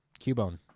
Cubone